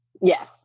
Yes